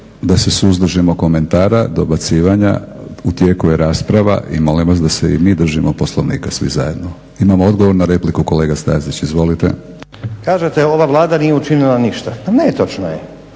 da se suzdržimo komentara, dobacivanja, u tijeku je rasprava i molim vas da se i mi držimo Poslovnika svi zajedno. Imamo odgovor na repliku. Kolega Stazić, izvolite. **Stazić, Nenad (SDP)** Kažete ova Vlada nije učinila ništa. Pa netočno je.